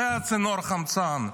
זה צינור החמצן,